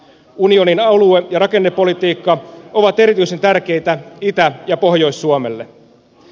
unionin alue ja rakennepolitiikka ovat erityisen tärkeitä itä ja pohjois suomelle